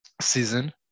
season